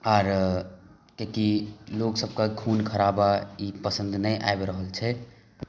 आर कियाकि लोकसभके खून खराबा ई पसन्द नहि आबि रहल छै